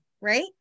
right